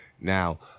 Now